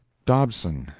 dobson,